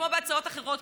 כמו בהצעות אחרות,